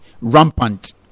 rampant